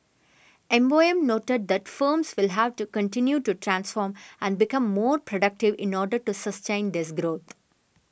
M O M noted that firms will have to continue to transform and become more productive in order to sustain this growth